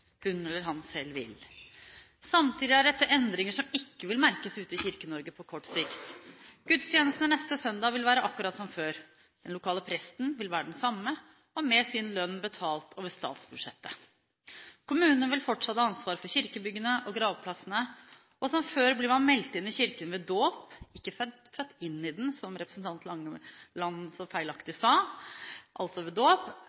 hun eller han selv vil. Samtidig er dette endringer som ikke vil merkes ute i Kirke-Norge på kort sikt. Gudstjenestene neste søndag vil være akkurat som før. Den lokale presten vil være den samme, med sin lønn betalt over statsbudsjettet. Kommunene vil fortsatt ha ansvar for kirkebyggene og gravplassene, og som før blir man meldt inn i Kirken ved dåp – ikke født inn i den – som representanten Langeland feilaktig